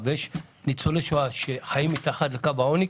ועדיין יש ניצולי שואה שחיים מתחת לקו העוני,